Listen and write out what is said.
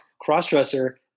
cross-dresser